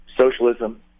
socialism